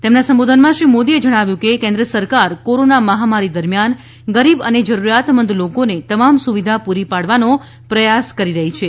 તેમના સંબોધનમાં શ્રી મોદીએ જણાવ્યું હતું કે કેન્દ્ર સરકાર કોરોના મહામારી દરમિયાન ગરીબ અને જરૂરિયાતમંદ લોકોને તમામ સુવિધા પૂરી પાડવાનો પ્રયાસ કરી રહી છે